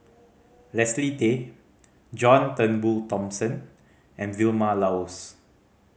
Leslie Tay John Turnbull Thomson and Vilma Laus